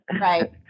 Right